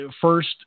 first